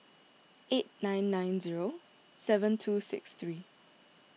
eight nine nine zero seven two six three